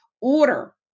order